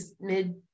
mid